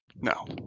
No